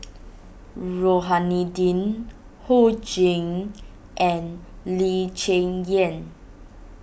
Rohani Din Ho Ching and Lee Cheng Yan